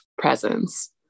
presence